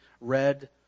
red